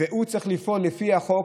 והוא צריך לפעול לפי החוק.